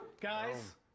guys